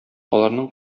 аларның